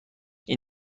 این